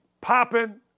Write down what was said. popping